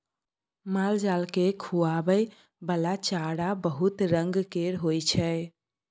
मालजाल केँ खुआबइ बला चारा बहुत रंग केर होइ छै